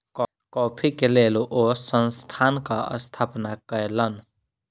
coffee के लेल ओ संस्थानक स्थापना कयलैन